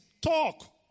talk